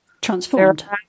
transformed